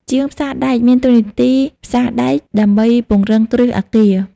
ជាងផ្សារដែកមានតួនាទីផ្សារដែកដើម្បីពង្រឹងគ្រឹះអគារ។